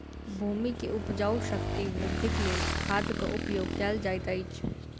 भूमि के उपजाऊ शक्ति वृद्धिक लेल खादक उपयोग कयल जाइत अछि